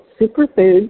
Superfoods